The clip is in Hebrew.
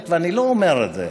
ואני באמת אומר את זה.